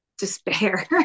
despair